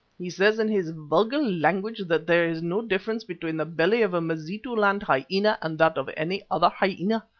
he says in his vulgar language that there is no difference between the belly of a mazitu-land hyena and that of any other hyena,